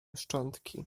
szczątki